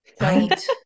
Right